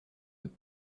deux